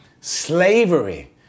Slavery